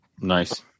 nice